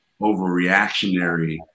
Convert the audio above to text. overreactionary